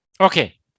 Okay